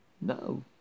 No